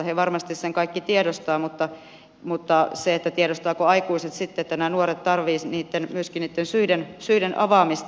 he varmasti sen kaikki tiedostavat mutta tiedostavatko aikuiset sitten että nämä nuoret tarvitsevat myöskin niiden syiden avaamista